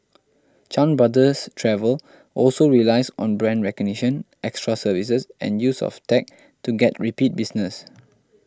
Chan Brothers Travel also relies on brand recognition extra services and use of tech to get repeat business